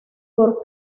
por